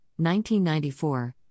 1994